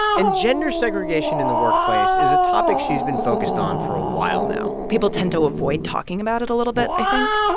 and gender segregation in the workplace is a topic she's been focused on for a while now people tend to avoid talking about it a little bit, i think,